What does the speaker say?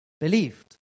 believed